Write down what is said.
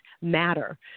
matter